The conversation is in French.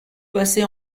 passez